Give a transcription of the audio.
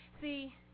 See